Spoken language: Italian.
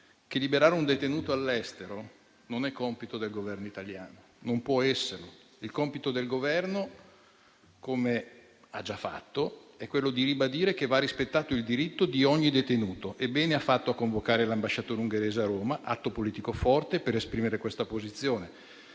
che liberare un detenuto all'estero non è compito del Governo italiano, non può esserlo; il compito del Governo, come ha già fatto, è quello di ribadire che va rispettato il diritto di ogni detenuto. Ha fatto bene a convocare l'ambasciatore ungherese a Roma, perché è stato un atto politico forte per esprimere questa posizione.